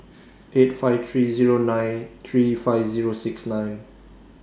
eight five three nine Zero three five Zero six nine